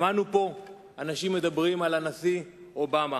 שמענו פה אנשים מדברים על הנשיא אובמה.